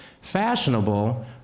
fashionable